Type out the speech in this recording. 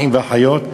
אחים ואחיות.